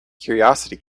curiosity